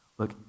look